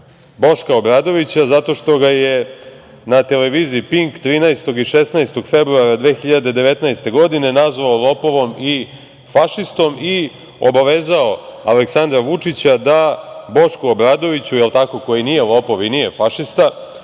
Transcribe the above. Boška Obradovića zato što ga je na televiziji „Pink“ 13. i 16. februara 2019. godine, nazvao lopovom i fašistom i obavezao Aleksandra Vučića da Bošku Obradoviću, dakle, koji nije lopov i nije fašista,